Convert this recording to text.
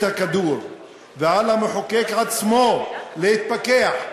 ועל המחוקק עצמו להתפכח,